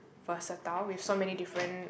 versatile with so many different